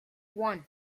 one